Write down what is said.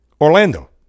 Orlando